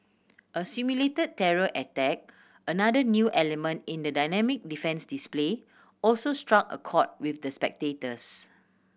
a simulated terror attack another new element in the dynamic defence display also struck a chord with the spectators